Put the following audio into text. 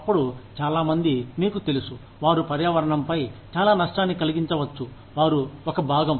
అప్పుడు చాలా మంది మీకు తెలుసు వారు పర్యావరణంపై చాలా నష్టాన్ని కలిగించవచ్చు వారు ఒక భాగం